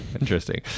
Interesting